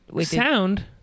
Sound